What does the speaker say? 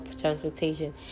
transportation